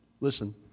listen